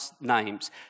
names